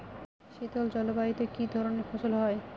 শীতল জলবায়ুতে কি ধরনের ফসল হয়?